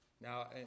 Now